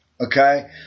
Okay